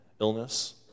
illness